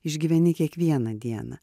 išgyveni kiekvieną dieną